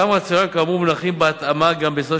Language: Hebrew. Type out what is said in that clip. אותם רציונלים כאמור מונחים בהתאמה גם ביסודו